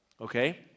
Okay